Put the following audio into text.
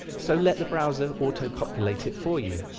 so let the browser autopopulate it for you.